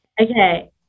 okay